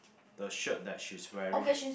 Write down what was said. the shirt that she's wearing